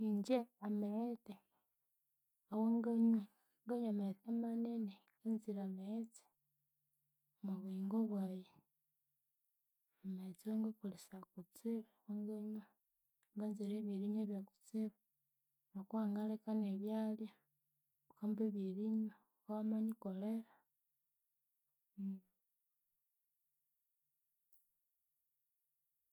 Ingye amaghetse awanganywa, nganywa amaghetse manene nganzire amaghetse omwabuyingo bwayi. Amaghetse wangakolhesaya kutsibu wanganywa. Nganzire ebyerinywa byakutsibu, ngokuwangaleka nebyalya wukamba ebyerinywa iwamanyikolhera